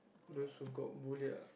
those who got bully ah